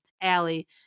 Allie